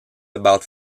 about